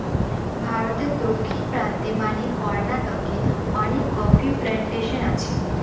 ভারতে দক্ষিণ প্রান্তে মানে কর্নাটকে অনেক কফি প্লানটেশন আছে